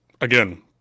Again